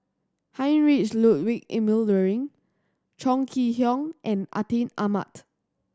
Heinrich Ludwig Emil Luering Chong Kee Hiong and Atin Amat